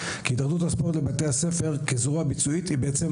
כי התאחדות הספורט לבתי הספר כזרוע ביצועית היא בעצם